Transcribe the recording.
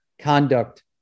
conduct